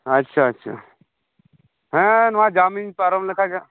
ᱟᱪᱪᱷᱟ ᱟᱪᱪᱷᱟ ᱦᱮᱸ ᱱᱚᱣᱟ ᱡᱟᱢ ᱤᱧ ᱯᱟᱨᱚᱢ ᱞᱮᱠᱷᱟᱱ ᱜᱮ